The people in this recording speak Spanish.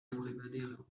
abrevadero